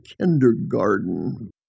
kindergarten